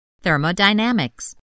Thermodynamics